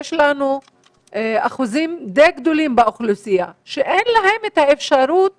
יש לנו אחוזים די גדולים באוכלוסייה שאין להם את האפשרות